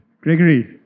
Gregory